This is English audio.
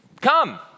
Come